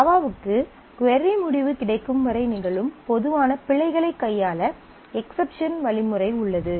ஜாவாவுக்கு கொரி முடிவு கிடைக்கும் வரை நிகழும் பொதுவான பிழைகளை கையாள எக்செப்ஷன் வழிமுறை உள்ளது